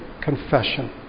confession